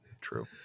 True